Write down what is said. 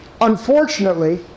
unfortunately